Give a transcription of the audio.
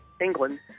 England